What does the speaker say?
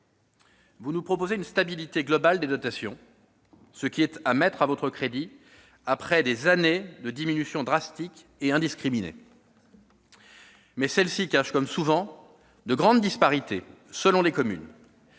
Vous nous proposez une stabilité globale des dotations, ce qui est à mettre à votre crédit, après des années de diminutions draconiennes et indiscriminées. Mais cette stabilité cache, comme souvent, de grandes disparités selon les communes.